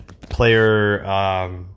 player